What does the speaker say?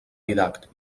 didàctic